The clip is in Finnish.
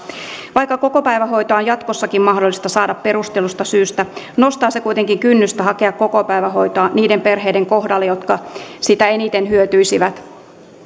vaikka kokopäivähoitoa on jatkossakin mahdollista saada perustellusta syystä nostaa se kuitenkin kynnystä hakea kokopäivähoitoa niiden perheiden kohdalla jotka siitä eniten hyötyisivät